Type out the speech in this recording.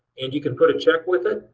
and you can put a check with it,